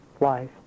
life